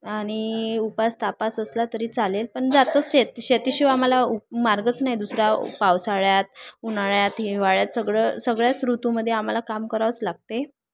आणि उपास तापास असला तरी चालेल पण जातो शे शेतीशिवाय आम्हाला उप मार्गच नाही दुसरा पावसाळ्यात उन्हाळ्यात हिवाळ्यात सगळं सगळ्याच ऋतूमध्ये आम्हाला काम करावंच लागते